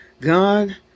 God